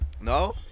no